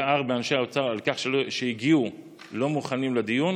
גער באנשי האוצר על כך שהגיעו לא מוכנים לדיון